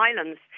Islands